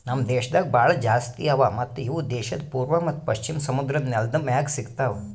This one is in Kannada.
ನಮ್ ದೇಶದಾಗ್ ಭಾಳ ಜಾಸ್ತಿ ಅವಾ ಮತ್ತ ಇವು ದೇಶದ್ ಪೂರ್ವ ಮತ್ತ ಪಶ್ಚಿಮ ಸಮುದ್ರದ್ ನೆಲದ್ ಮ್ಯಾಗ್ ಸಿಗತಾವ್